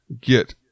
get